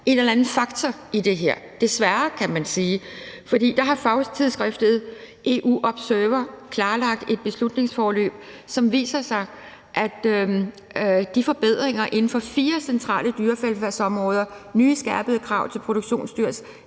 en eller anden faktor i det her, desværre, kan man sige, for der har fagtidsskriftet EUobserver klarlagt et beslutningsforløb, som viser, at ud af et nogle forbedringer inden for fire centrale dyrevelfærdsområder – nye skærpede krav til produktionsdyrs